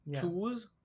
choose